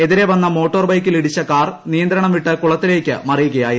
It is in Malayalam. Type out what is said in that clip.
എതിരെ വന്ന മോട്ടോർ ബൈക്കിൽ ഇടിച്ച കാർ നിയന്ത്രണം വിട്ട് കുളത്തിലേക്ക് മറിയുകയായിരുന്നു